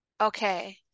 okay